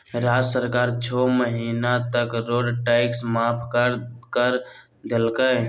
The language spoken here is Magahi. राज्य सरकार छो महीना तक रोड टैक्स माफ कर कर देलकय